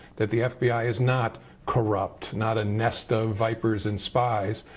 that the fbi is not corrupt, not a nest of vipers and spies,